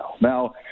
now